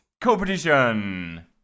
competition